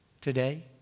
today